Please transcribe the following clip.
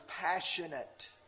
passionate